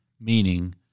meaning